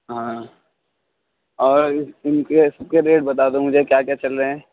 ہاں اور ان کے سب کے ریٹ بتا دو مجھے کیا کیا چل رہے ہیں